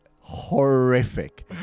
horrific